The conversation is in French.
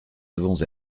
devons